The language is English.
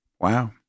wow